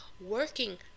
working